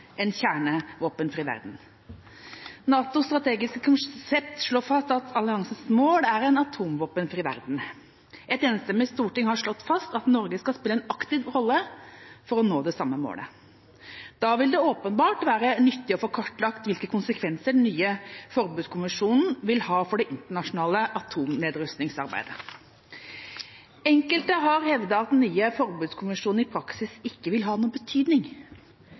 en kjernevåpenfri verden. NATOs strategiske konsept slår fast at alliansens mål er en atomvåpenfri verden, og et enstemmig storting har slått fast at Norge skal spille en aktiv rolle for å nå det samme målet. Da vil det åpenbart være nyttig å få kartlagt hvilke konsekvenser den nye forbudskonvensjonen vil ha for det internasjonale atomnedrustningsarbeidet. Enkelte har hevdet at den nye forbudskonvensjonen i praksis ikke vil ha noen betydning.